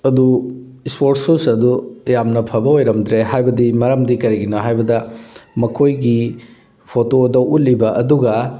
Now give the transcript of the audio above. ꯑꯗꯨ ꯏꯁꯣꯔꯠ ꯁꯨꯁ ꯑꯗꯨ ꯌꯥꯝꯅ ꯐꯕ ꯑꯣꯏꯔꯝꯗ꯭ꯔꯦ ꯍꯥꯏꯕꯗꯤ ꯃꯔꯝꯗꯤ ꯀꯔꯤꯒꯤꯅꯣ ꯍꯥꯏꯕꯗ ꯃꯈꯣꯏꯒꯤ ꯐꯣꯇꯣꯗ ꯎꯠꯂꯤꯕ ꯑꯗꯨꯒ